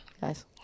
guys